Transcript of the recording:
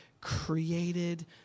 created